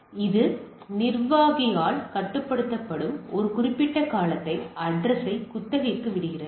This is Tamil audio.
எனவே இது நிர்வாகியால் கட்டுப்படுத்தப்படும் ஒரு குறிப்பிட்ட காலத்திற்கு அட்ரஸ்யை குத்தகைக்கு விடுகிறது